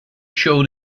show